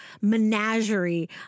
menagerie